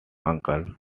uncle